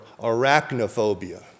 arachnophobia